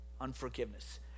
unforgiveness